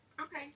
Okay